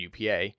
UPA